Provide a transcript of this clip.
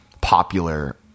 popular